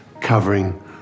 covering